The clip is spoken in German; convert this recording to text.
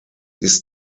ist